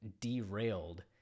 derailed